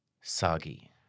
Soggy